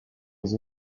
les